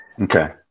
Okay